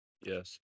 Yes